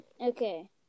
Okay